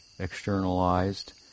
externalized